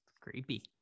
Creepy